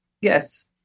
Yes